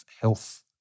health